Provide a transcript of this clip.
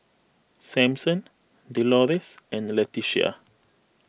Sampson Delores and Leticia